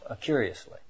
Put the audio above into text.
curiously